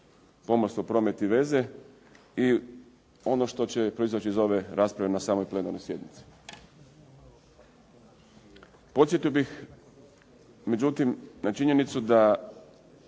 pomorstvo, promet i veze i ono što će proizaći iz ove rasprave na samoj plenarnoj sjednici. Podsjetio bih međutim na činjenicu da